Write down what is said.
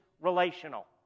relational